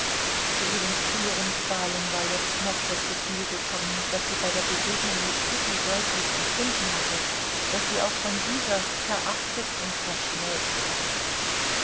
zu ihren früheren qualen war jetzt noch das gefühl gekommen das sie bei der begegnung mit kitty deutlich empfunden hatte daß sie auch von dieser verachtet und verschmäht werde